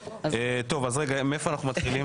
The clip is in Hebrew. מאיפה אנחנו מתחילים?